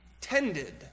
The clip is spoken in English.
tended